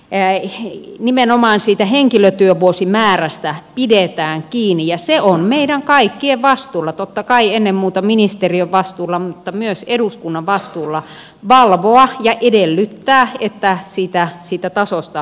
enää ei että nimenomaan siitä henkilötyövuosimäärästä pidetään kiinni ja on meidän kaikkien vastuulla totta kai ennen muuta ministeriön vastuulla mutta myös eduskunnan vastuulla valvoa ja edellyttää että siitä tasosta pidetään kiinni